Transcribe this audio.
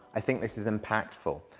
i think this is impactful.